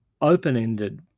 open-ended